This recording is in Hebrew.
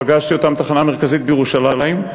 שפגשתי בתחנה המרכזית בירושלים,